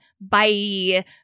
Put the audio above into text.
Bye